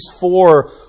four